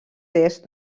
est